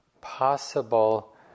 possible